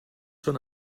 són